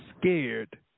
scared